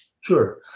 Sure